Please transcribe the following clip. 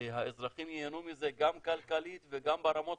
האזרחים ייהנו מזה גם כלכלית וגם ברמות